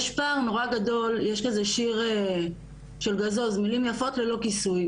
יש כזה שיר של גזוז: מילים יפות ללא כיסוי.